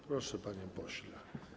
Proszę, panie pośle.